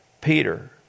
Peter